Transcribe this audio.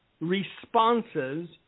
responses